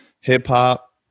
hip-hop